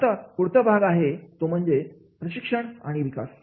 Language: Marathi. आता पुढचा भाग आहे तो म्हणजे प्रशिक्षण आणि विकास